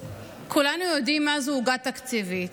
כולנו יודעים מה זה עוגה תקציבית.